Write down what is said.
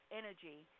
energy